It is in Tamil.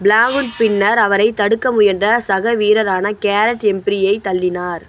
பிளாவுட் பின்னர் அவரைத் தடுக்க முயன்ற சக வீரரான கேரட் எம்பிரியை தள்ளினார்